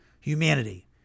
humanity